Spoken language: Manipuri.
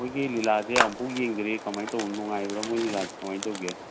ꯃꯣꯏꯒꯤ ꯂꯤꯂꯥꯗꯤ ꯑꯝꯐꯥꯎ ꯌꯦꯡꯗ꯭ꯔꯤ ꯀꯃꯥꯏꯅ ꯇꯧꯕꯅꯣ ꯅꯨꯡꯉꯥꯏꯕ꯭ꯔꯣ ꯃꯣꯏ ꯂꯤꯂꯥꯁꯦ ꯀꯃꯥꯏꯅ ꯇꯧꯒꯦ